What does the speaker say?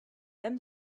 then